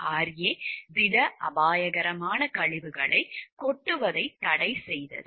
RCRA திட அபாயகரமான கழிவுகளை கொட்டுவதை தடை செய்தது